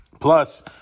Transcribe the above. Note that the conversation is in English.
Plus